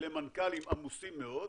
אלה מנכ"לים עמוסים מאוד.